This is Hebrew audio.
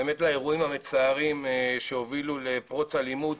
באמת לאירועים המצערים שהובילו לפרוץ האלימות